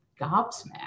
gobsmacked